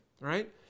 right